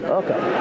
okay